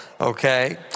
okay